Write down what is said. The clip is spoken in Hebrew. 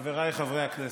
חבריי חברי הכנסת,